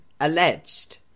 alleged